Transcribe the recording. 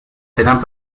serán